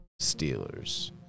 Steelers